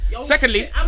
Secondly